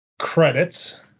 credits